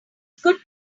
good